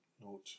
note